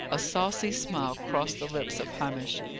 a saucy smile crossed the lips of hamish.